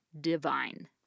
divine